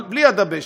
אבל בלי הדבשת,